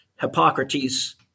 Hippocrates